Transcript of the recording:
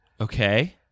okay